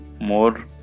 more